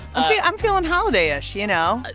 i'm feeling holiday-ish, you know?